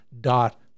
dot